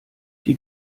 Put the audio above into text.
die